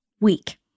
week